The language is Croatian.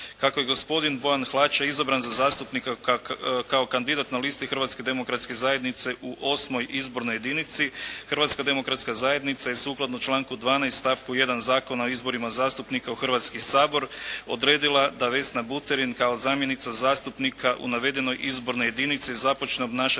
Kako je gospodin Bojan Hlače izabran za zastupnika kao kandidat na listi Hrvatske demokratske zajednice u 8. izbornoj jedinici, Hrvatska demokratska zajednica je sukladno članku 12. stavku 1. Zakona o izborima zastupnika u Hrvatski sabor odredila da Vesna Buterin kao zamjenica zastupnika u navedenoj izbornoj jedinici započne obnašati